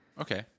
okay